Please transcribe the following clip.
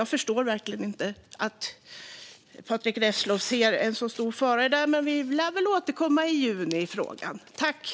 Jag förstår verkligen inte att Patrick Reslow ser en så stor i fara i det, men vi lär återkomma i frågan i juni.